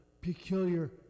peculiar